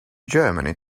germany